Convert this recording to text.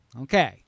Okay